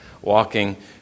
walking